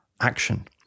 action